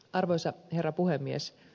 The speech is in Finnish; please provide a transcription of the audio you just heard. arvoisa herra puhemies